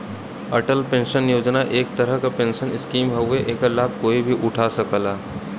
Atal pension योजना एक तरह क पेंशन स्कीम हउवे एकर लाभ कोई भी उठा सकला